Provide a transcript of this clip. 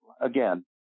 again